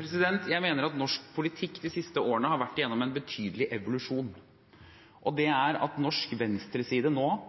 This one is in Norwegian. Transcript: Jeg mener at norsk politikk de siste årene har vært gjennom en betydelig evolusjon, og det er at norsk venstreside nå